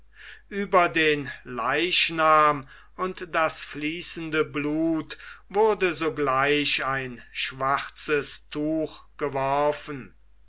ueber den leichnam und das fließende blut wurde sogleich ein schwarzes tuch geworfen